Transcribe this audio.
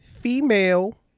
female